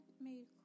made